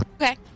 okay